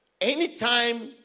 anytime